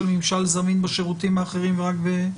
ממשל זמין בשירותים האחרים ורק ב- --,